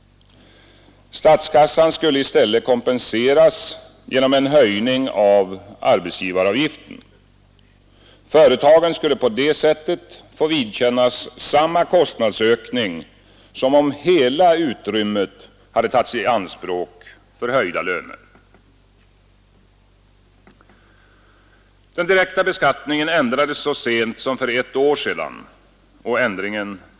Statskassan skulle i stället kompenseras genom en höjning av arbetsgivaravgiften. Företagen skulle på det sättet få vidkännas samma kostnadsökning som om hela utrymmet hade tagits i anspråk för höjda löner. Den direkta beskattningen ändrades så sent som för ett år sedan, och skiftet.